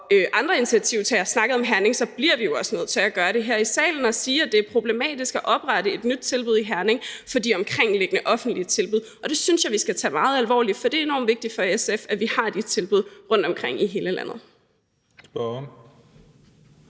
og andre initiativtagere – har snakket om Herning, så bliver vi jo også nødt til at gøre det her i salen og sige, at det er problematisk at oprette et nyt tilbud i Herning for de omkringliggende offentlige tilbud. Det synes jeg vi skal tage meget alvorligt, for det er enormt vigtigt for SF, at vi har de tilbud rundtomkring i hele landet.